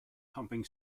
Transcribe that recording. pumping